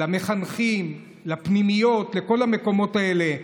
למחנכים, לפנימיות, לכל המקומות האלה.